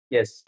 Yes